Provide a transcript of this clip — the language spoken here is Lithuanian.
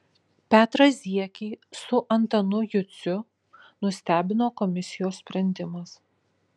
petrą ziekį su antanu juciu nustebino komisijos sprendimas